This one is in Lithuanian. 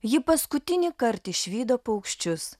ji paskutinį kart išvydo paukščius